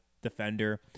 defender